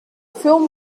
film